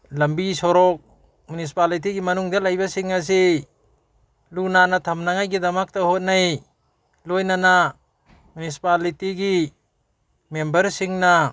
ꯂꯝꯕꯤ ꯁꯣꯔꯣꯛ ꯃ꯭ꯌꯨꯅꯤꯁꯤꯄꯥꯂꯤꯇꯤꯒꯤ ꯃꯅꯨꯡꯗ ꯂꯩꯕꯁꯤꯡ ꯑꯁꯤ ꯂꯨ ꯅꯥꯟꯅ ꯊꯝꯅꯉꯥꯏꯒꯤꯗꯃꯛꯇ ꯍꯣꯠꯅꯩ ꯂꯣꯏꯅꯅ ꯃ꯭ꯌꯨꯅꯤꯁꯤꯄꯥꯂꯤꯇꯤꯒꯤ ꯃꯦꯝꯕꯔꯁꯤꯡꯅ